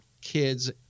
kids